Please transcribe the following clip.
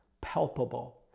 palpable